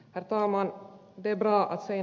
herr talman